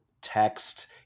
text